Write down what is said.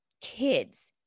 kids